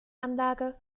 anlage